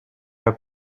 are